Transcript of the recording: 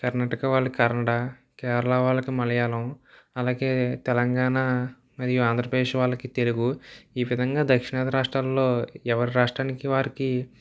కర్ణాటక వాళ్ళకి కన్నడ కేరళ వాళ్ళకి మలయాళం అలాగే తెలంగాణ మరియు ఆంధ్రప్రదేశ్ వాళ్ళకి తెలుగు ఈ విధంగా దక్షిణాది రాష్ట్రాలలో ఎవరి రాష్ట్రానికి వారికి